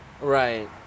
Right